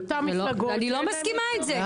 אני לא מסכימה עם זה,